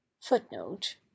Footnote